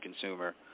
consumer